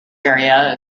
area